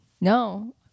No